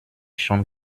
schon